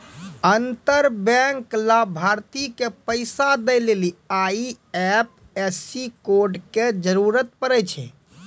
अंतर बैंक लाभार्थी के पैसा दै लेली आई.एफ.एस.सी कोड के जरूरत पड़ै छै